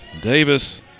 Davis